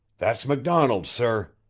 that's macdonald, sir.